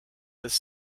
this